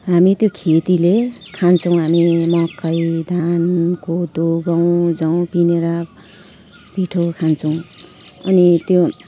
हामी त्यो खेतीले खान्छौँ हामी मकै धान कोदो गहुँ जौ पिनेर पिठो खान्छौँ अनि त्यो